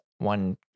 One